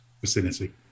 vicinity